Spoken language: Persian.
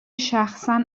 شخصا